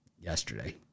yesterday